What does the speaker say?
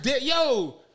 Yo